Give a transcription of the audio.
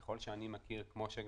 ככל שאני מכיר, כמו שגם